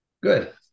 good